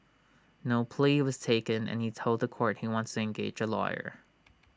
no plea was taken and he told The Court he wants engage A lawyer